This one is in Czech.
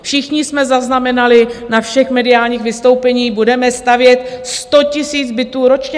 Všichni jsme zaznamenali na všech mediálních vystoupeních: Budeme stavět 100 000 bytů ročně.